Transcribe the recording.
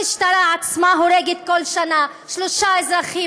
המשטרה עצמה הורגת בכל שנה שלושה אזרחים